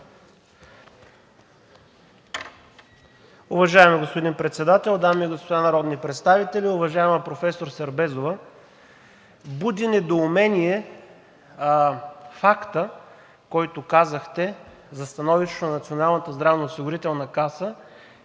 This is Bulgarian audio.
Уважаеми господин Председател, дами и господа народни представители! Уважаема професор Сербезова, буди недоумение фактът, който казахте за становището на Националната здравноосигурителна каса